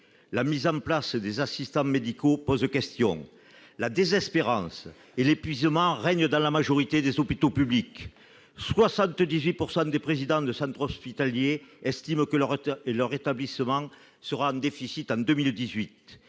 La mise en place des assistants médicaux pose question. La désespérance et l'épuisement règnent dans la majorité des hôpitaux publics. Ainsi, 78 % des présidents de centres hospitaliers estiment que leur établissement sera en déficit en 2018